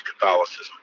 Catholicism